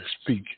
speak